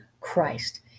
Christ